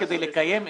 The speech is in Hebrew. כדי לקיים עסק,